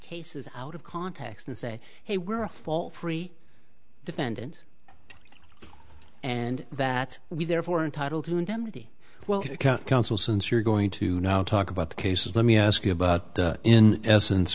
cases out of context and say hey we're a fall free defendant and that we therefore entitled to indemnity well you can counsel since you're going to now talk about the cases let me ask you about in essence